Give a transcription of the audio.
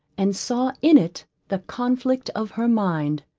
and saw in it the conflict of her mind.